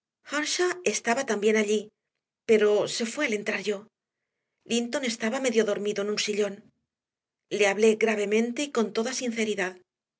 estaba también allí pero se fue al entrar yo linton estaba medio dormido en un sillón le hablé gravemente y con toda sinceridad